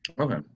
okay